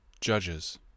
Judges